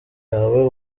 yawe